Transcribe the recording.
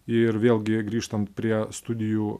ir vėlgi grįžtant prie studijų